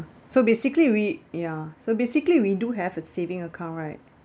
so basically we ya so basically we do have a saving account right